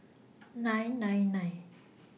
nine nine nine